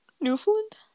Newfoundland